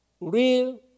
real